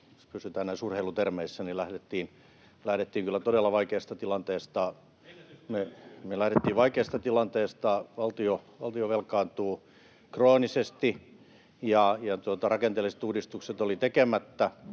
jos pysytään näissä urheilutermeissä, lähdettiin kyllä todella vaikeasta tilanteesta. [Timo Harakka: Ennätystyöllisyydestä!] Me lähdettiin vaikeasta tilanteesta. Valtio velkaantuu kroonisesti, ja rakenteelliset uudistukset olivat tekemättä